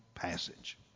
Passage